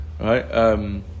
Right